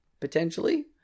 potentially